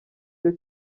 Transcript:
cyo